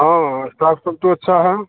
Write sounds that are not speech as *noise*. हाँ *unintelligible* तो अच्छा है